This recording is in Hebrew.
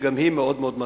שגם היא מאוד מטרידה.